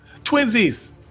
Twinsies